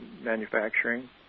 manufacturing